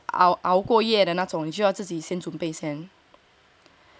熬过夜的那种就要自己准备先